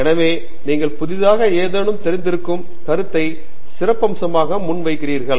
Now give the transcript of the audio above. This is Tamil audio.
எனவே நீங்கள் புதிதாக ஏதேனும் தெரிந்திருக்கும் கருத்தை சிறப்பம்சமாக முன்வைக்கிறீர்கள்